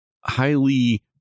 highly